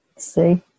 See